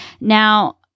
Now